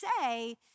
say